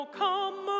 come